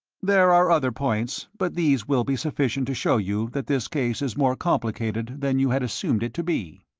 there are other points, but these will be sufficient to show you that this case is more complicated than you had assumed it to be.